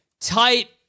tight